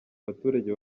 abaturage